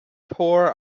tore